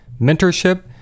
mentorship